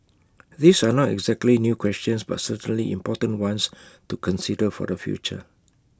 these are not exactly new questions but certainly important ones to consider for the future